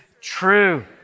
True